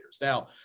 now